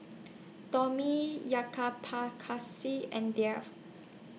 Tomi Jayaprakash and Dev